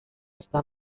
está